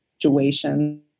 situation